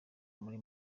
muri